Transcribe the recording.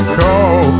call